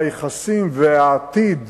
היחסים והעתיד